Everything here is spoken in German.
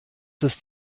ist